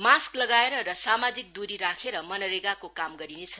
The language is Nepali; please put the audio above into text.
मास्क लगाएर र सामाजिक दूरी राखेर मरेगाको काम गरिनेछ